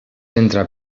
entra